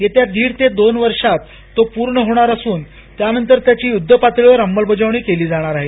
येत्या दीड ते दोन वर्षात तो पूर्ण होणार असून त्यानंतर त्याची युध्द पातळीवर अंमलबजावणी केली जाणार आहे